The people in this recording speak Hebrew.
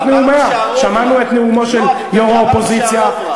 שמענו את נאומו של יו"ר האופוזיציה,